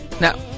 No